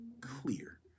clear